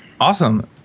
awesome